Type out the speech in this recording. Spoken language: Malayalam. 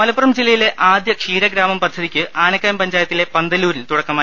മലപ്പുറം ജില്ലയിലെ ആദ്യ ക്ഷീരഗ്രാമം പദ്ധതിക്ക് ആനക്കയം പ ഞ്ചായത്തിലെ പന്തല്ലൂരിൽ തുടക്കമായി